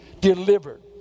delivered